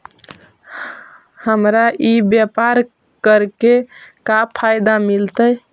हमरा ई व्यापार करके का फायदा मिलतइ?